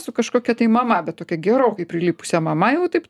su kažkokia tai mama bet tokia gerokai prilipusia mama jau taip